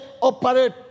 operate